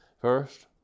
First